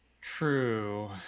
true